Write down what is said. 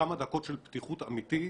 כמה דקות של פתיחות אמיתית.